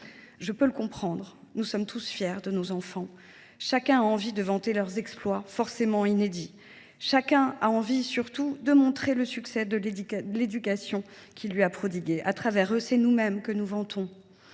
Je peux le comprendre, car nous sommes tous fiers de nos enfants. Chacun a envie de vanter leurs exploits, forcément inédits. Chacun a envie, surtout, de montrer le succès de l’éducation qu’il leur a prodiguée. À travers eux, c’est nous mêmes que nous vantons.